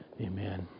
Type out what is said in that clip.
Amen